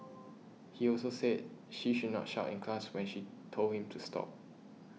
he also said she should not shout in class when she told him to stop